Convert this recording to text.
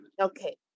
Okay